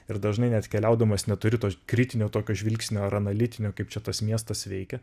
ir dažnai net keliaudamas neturi to kritinio tokio žvilgsnio ar analitinio kaip čia tas miestas veikia